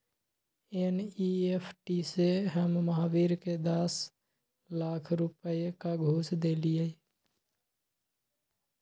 NEFT से हम महावीर के दस लाख रुपए का घुस देलीअई